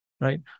right